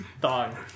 Dog